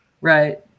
right